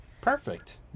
Perfect